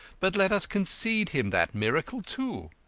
but let us concede him that miracle, too.